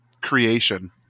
creation